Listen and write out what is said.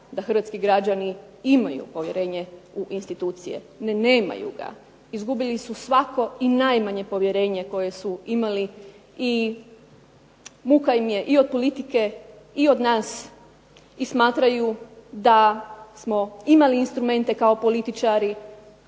hrvatski građani imaju povjerenje u institucije. Ne, nemaju ga. Izgubili su svako i najmanje povjerenje koje su imali i muka im je i od politike i od nas i smatraju da smo imali instrumente kao političari